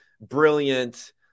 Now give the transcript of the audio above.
brilliant